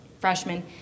freshman